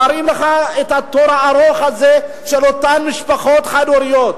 מראים לך את התור הארוך הזה של אותן משפחות חד-הוריות,